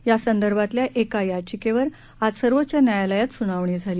या संदर्भातल्या एका याचिकेवर आज सर्वोच्च न्यायालात सुनावणी झाली